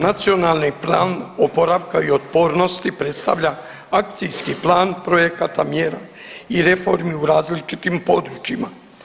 Nacionalni plan oporavka i otpornosti predstavlja akcijski plan projekata mjera i reformi u različitim područjima.